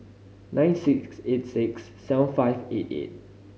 nine six eight six seven five eight eight